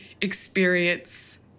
experience